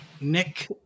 Nick